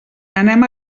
anem